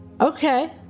Okay